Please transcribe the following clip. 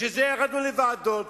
בשביל זה ירדנו לוועדות.